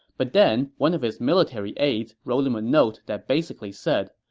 but then one of his military aides wrote him a note that basically said,